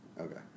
Okay